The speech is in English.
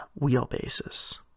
wheelbases